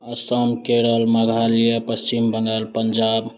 Assam Kerala Meghalaya Paschim Bangal Punjab